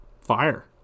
fire